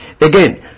Again